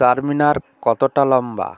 চারমিনার কতটা লম্বা